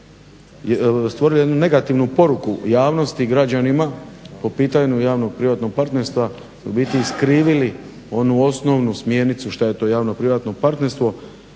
stvorile jednu negativnu poruku javnosti i građanima po pitanju javnog-privatnog partnerstva, su ubiti i skrivi onu osnovnu smjernicu šta je to javno-privatno partnerstvo